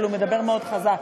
אבל הוא מדבר מאוד חזק.